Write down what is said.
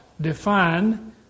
define